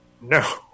No